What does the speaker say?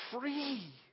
free